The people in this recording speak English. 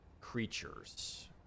creatures